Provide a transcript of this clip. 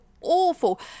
awful